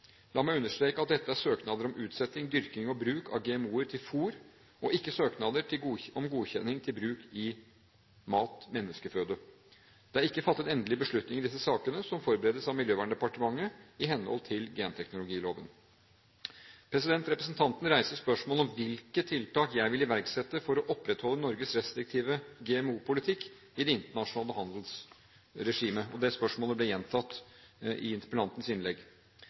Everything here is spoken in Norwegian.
La meg understreke at dette er søknader om utsetting, dyrking og bruk av GMO-er til fôr, og ikke søknader om godkjenning til bruk i mat, menneskeføde. Det er ikke fattet endelig beslutning i disse sakene, som forberedes av Miljøverndepartementet i henhold til genteknologiloven. Representanten reiser spørsmål om hvilke tiltak jeg vil iverksette for å opprettholde Norges restriktive GMO-politikk i det internasjonale handelsregimet, og det spørsmålet ble gjentatt i interpellantens innlegg.